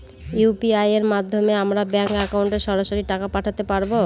UPI এর মাধ্যমে আমরা ব্যাঙ্ক একাউন্টে সরাসরি টাকা পাঠাতে পারবো?